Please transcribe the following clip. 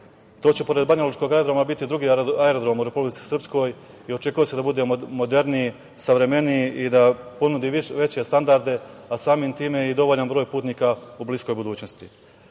To će, pored banjalučkog aerodroma, biti drugi aerodrom u Republici Srpskoj i očekuje se da bude moderniji, savremeniji i da ponudi veće standarde, a samim time i dovoljan broj putnika u bliskoj budućnosti. Sve